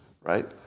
right